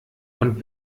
und